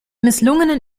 misslungenen